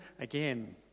again